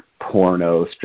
porno